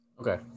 Okay